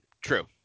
True